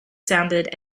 sounded